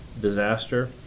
disaster